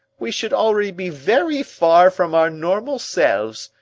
we should already be very far from our normal selves,